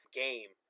game